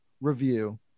review